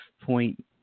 point